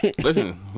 Listen